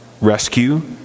rescue